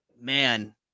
man